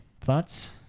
thoughts